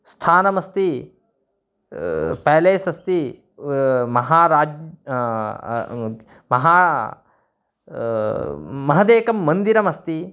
स्थानमस्ति पेलेस् अस्ति महाराजः महान् महदेकं मन्दिरमस्ति